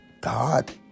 God